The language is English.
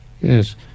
Yes